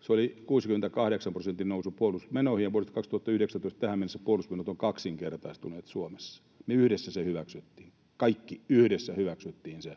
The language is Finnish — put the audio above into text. Se oli 68 prosentin nousu puolustusmenoihin, ja vuodesta 2019 tähän mennessä puolustusmenot ovat kaksinkertaistuneet Suomessa. Me yhdessä se hyväksyttiin, kaikki yhdessä hyväksyttiin se.